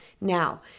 Now